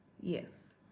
Yes